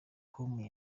com